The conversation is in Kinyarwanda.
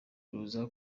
ruza